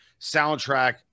soundtrack